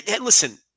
Listen